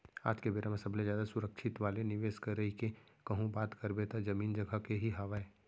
आज के बेरा म सबले जादा सुरक्छित वाले निवेस करई के कहूँ बात करबे त जमीन जघा के ही हावय